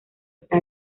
está